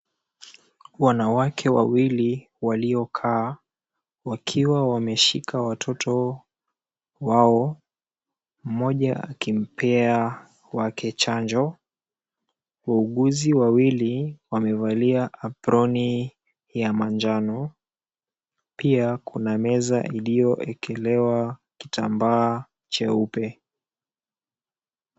Wanawake wawili waliokaa wakiwa wameshika watoto wao mmoja akimpea wake chanjo. Waauguzi wawili wamevalia aproni ya manjano, pia kuna meza iliyoekelewa kitambaa cheupe.